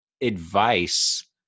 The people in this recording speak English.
advice